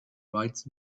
rights